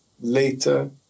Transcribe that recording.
later